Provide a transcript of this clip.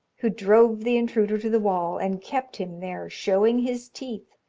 who drove the intruder to the wall, and kept him there, showing his teeth,